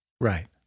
Right